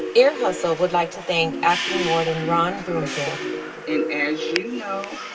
ear hustle would like to thank acting warden ron broomfield and as you know,